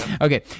okay